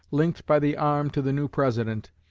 linked by the arm to the new president,